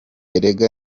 erega